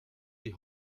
die